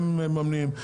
הם מממנים,